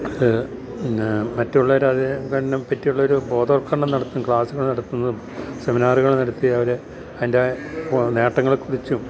അത് പിന്നെ മറ്റുള്ളവരത് അതെ പറ്റിയുള്ളൊരു ബോധവൽക്കരണം നടത്തുന്നതും ക്ലാസ്സുകൾ നടത്തുന്നതും സെമിനാറുകൾ നടത്തി അവരെ അതിൻ്റെ നേട്ടങ്ങളെക്കുറിച്ചും